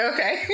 Okay